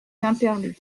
quimperlé